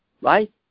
right